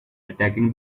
attacking